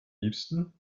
liebsten